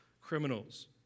criminals